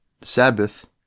Sabbath